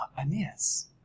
Aeneas